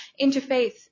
interfaith